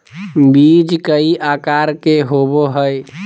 बीज कई आकार के होबो हइ